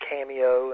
Cameo